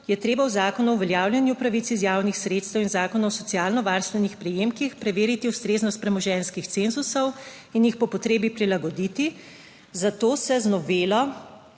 je treba v Zakonu o uveljavljanju pravic iz javnih sredstev in Zakona o socialno varstvenih prejemkih preveriti ustreznost premoženjskih cenzusov in jih po potrebi prilagoditi, zato se z novelo